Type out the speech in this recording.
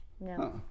No